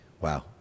wow